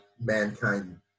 mankind